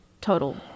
total